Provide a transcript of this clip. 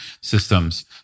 systems